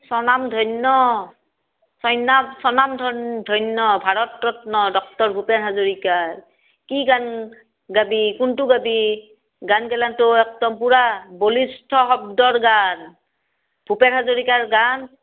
স্বনাম ধন্য ছৈনাম স্বনাম ধন ধন্য ভাৰত ৰত্ন ডক্টৰ ভূপেন হাজৰিকাৰ কি গান গাবি কোনটো গাবি গান গিলাতো একদম পুৰা বলিষ্ঠ শব্দৰ গান ভূপেন হাজৰিকাৰ গান